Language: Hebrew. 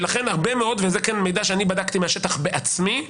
זה מידע שאני בדקתי בעצמי מהשטח.